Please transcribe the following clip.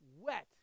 wet